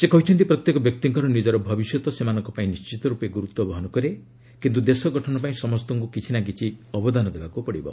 ସେ କହିଛନ୍ତି ପ୍ରତ୍ୟେକ ବ୍ୟକ୍ତିଙ୍କର ନିଜର ଭବିଷ୍ୟତ ସେମାନଙ୍କ ପାଇଁ ନିଶ୍ଚିତ ରୂପେ ଗୁରୁତ୍ୱବହନ କରେ କିନ୍ତ୍ର ଦେଶ ଗଠନ ପାଇଁ ସମସ୍ତଙ୍କ କିଛି ନା କିଛି ଅବଦାନ ଦେବାକୃ ପଡ଼ିବ